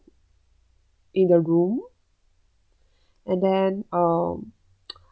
in the room and then um